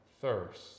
thirst